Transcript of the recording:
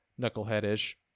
Knucklehead-ish